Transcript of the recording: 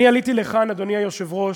אני עליתי לכאן, אדוני היושב-ראש,